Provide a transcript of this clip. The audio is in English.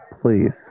Please